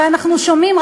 הרי אנחנו שומעים,